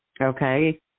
Okay